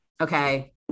okay